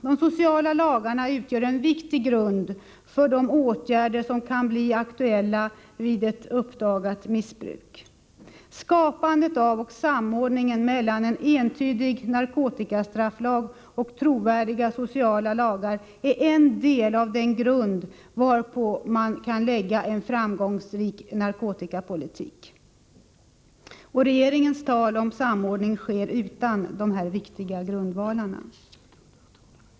Dessa utgör en viktig grund för de åtgärder som kan bli aktuella vid ett uppdagat missbruk. Skapandet av och samordningen mellan en entydig narkotikastrafflag och trovärdiga sociala lagar är en del av den grund varpå en framgångsrik narkotikapolitik kan läggas. Regeringens tal om samordning sker utan dessa viktiga grundvalar.